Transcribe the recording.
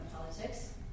politics